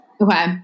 Okay